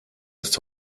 ist